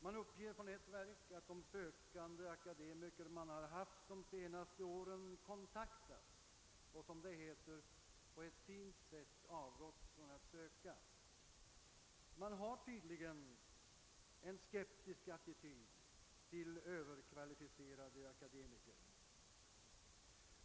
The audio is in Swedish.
Man uppger från ett verk att de sökande akademiker man har haft de senaste åren kontaktats och som det heter på ett »fint sätt« avråtts från att söka. Man har tydligen en skeptisk attityd till överkvalificerade akademiker.